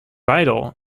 vital